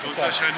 אתה רוצה לסכם?